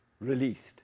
released